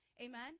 Amen